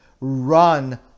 run